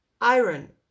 iron